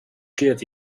give